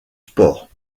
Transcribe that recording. sports